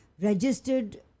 registered